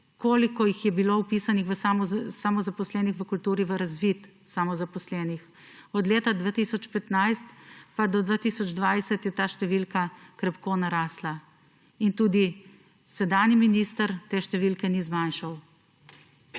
koliko jih je bilo samozaposlenih v kulturi vpisanih v razvid samozaposlenih. Od leta 2015 pa do leta 2020 je ta številka krepko narasla. In tudi sedanji minister te številke ni zmanjšal.